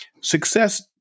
Success